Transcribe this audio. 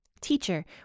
Teacher